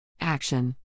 Action